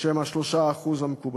שהם ה-3% המקובלים.